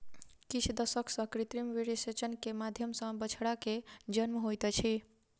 किछ दशक सॅ कृत्रिम वीर्यसेचन के माध्यम सॅ बछड़ा के जन्म होइत अछि